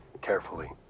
carefully